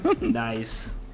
Nice